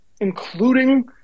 including